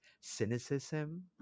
cynicism